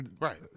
Right